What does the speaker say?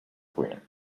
cleaner